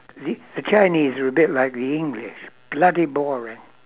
the the chinese are a bit like the english bloody boring